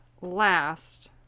last